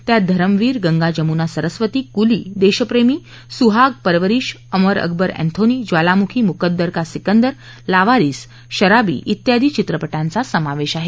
त्यात धरम वीर गंगा जमूना सरस्वती कुली देशप्रेमी सुहाग परवरीश अमर अकबर अँथोनी ज्वालामुखी मुकद्दर का सिकंदर लावारिस शराबी वियादी चित्रपटांचा समावेश आहे